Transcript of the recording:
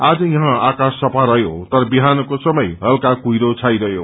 आज यहाँ आकाा सफा रहयो तर विहानको समय इल्का कुहिरो छाइरहयो